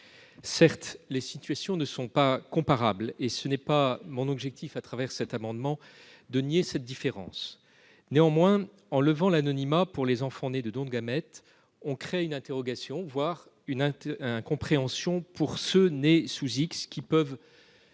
Certes, les situations ne sont pas comparables et mon objectif, au travers de cet amendement, n'est pas de nier cette différence. Néanmoins, en levant l'anonymat pour les enfants nés de dons de gamètes, on suscite une interrogation, voire une incompréhension, pour ceux qui sont